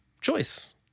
choice